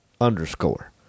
underscore